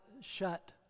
shut